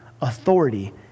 authority